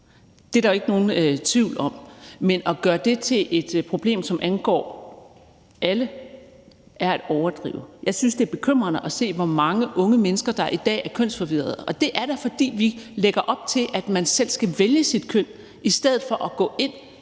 det er der jo ikke nogen tvivl om, men at gøre det til et problem, som angår alle, er at overdrive. Jeg synes, det er bekymrende at se, hvor mange unge mennesker der i dag er kønsforvirrede, og det er da, fordi vi lægger op til, at man selv skal vælge sit køn i stedet for at gå ind